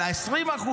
אלא 20%,